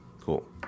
Cool